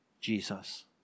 Jesus